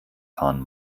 fahren